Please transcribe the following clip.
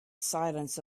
silence